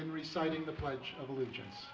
in reciting the pledge of allegiance